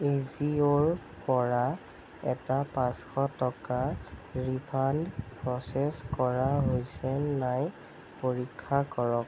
এজিঅ'ৰ পৰা এটা পাঁচশ টকাৰ ৰিফাণ্ড প্ৰ'চেছ কৰা হৈছে নাই পৰীক্ষা কৰক